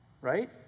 Right